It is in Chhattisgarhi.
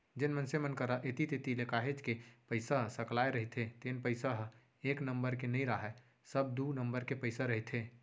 जेन मनसे मन करा ऐती तेती ले काहेच के पइसा सकलाय रहिथे तेन पइसा ह एक नंबर के नइ राहय सब दू नंबर के पइसा रहिथे